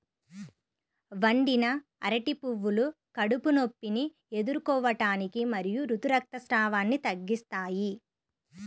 వండిన అరటి పువ్వులు కడుపు నొప్పిని ఎదుర్కోవటానికి మరియు ఋతు రక్తస్రావాన్ని తగ్గిస్తాయి